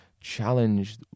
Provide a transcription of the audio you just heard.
challenge